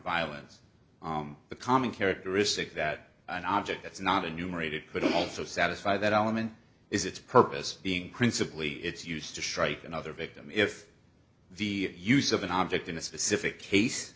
violence the common characteristic that an object that's not enumerated could also satisfy that element is its purpose being principally it's used to strike another victim if the use of an object in a specific case